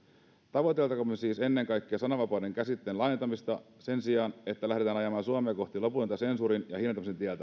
tavoitelkaamme siis ennen kaikkea sananvapauden käsitteen laajentamista sen sijaan että lähdetään ajamaan suomea kohti loputonta sensuurin ja ja hiljentämisen